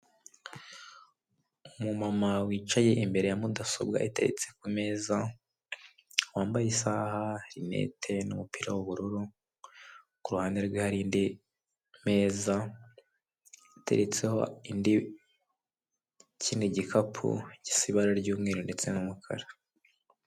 umumama wicaye imbere ya mudasobwa iteritse kumeza wambaye isaha linete numupira w'ubururu kuruhande rwe hari indi meza iteretseho indi ikindi gikapu gisa ry'yumweru ndetse n'umukara